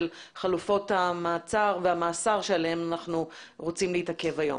חלופות המעצר והמאסר עליהן אנחנו רוצים להתעכב היום.